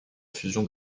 fusion